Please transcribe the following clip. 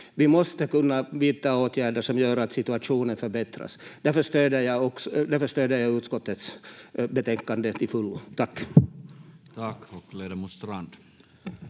Vi måste kunna vidta åtgärder som gör att situationen förbättras. Därför stöder jag utskottets betänkande till fullo. — Tack. [Speech 172]